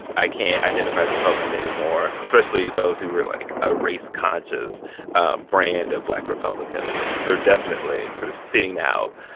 i can't identify as republican anymore especially those who were, like, a race-conscious brand of black republicans. they're definitely sort of sitting out